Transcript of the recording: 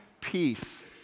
peace